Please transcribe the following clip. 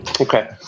Okay